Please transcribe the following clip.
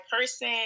person